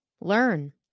Learn